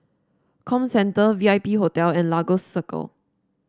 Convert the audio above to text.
Comcenter V I P Hotel and Lagos Circle